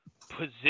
position